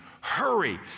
Hurry